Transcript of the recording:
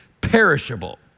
perishable